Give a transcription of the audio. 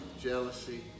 jealousy